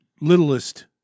littlest